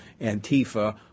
Antifa